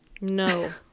No